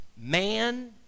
man